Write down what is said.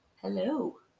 Hello